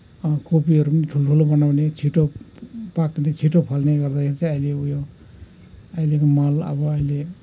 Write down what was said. कोपीहरू पनि ठुल्ठुलो बनाउने छिटो पाक्ने छिटो फल्ने गर्दाखेरि चाहिँ अहिले उयो अहिलेको मल अब अहिले